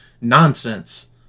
nonsense